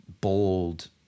bold